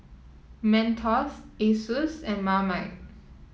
Mentos Asus and Marmite